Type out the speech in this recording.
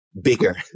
bigger